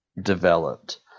developed